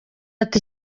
ati